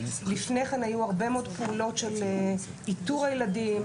לפני כן היו הרבה מאוד פעולות של איתור הילדים,